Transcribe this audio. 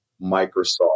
Microsoft